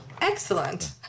excellent